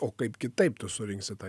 o kaip kitaip tu surinksi tą